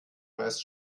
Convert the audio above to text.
meist